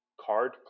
card